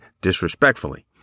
disrespectfully